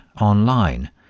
online